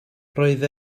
roedd